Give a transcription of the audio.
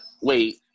wait